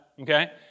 Okay